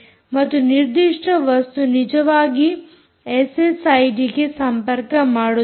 ಮತ್ತು ಈ ನಿರ್ದಿಷ್ಟ ವಸ್ತು ನಿಜವಾಗಿ ಎಸ್ಎಸ್ಐಡಿಗೆ ಸಂಪರ್ಕಮಾಡುತ್ತದೆ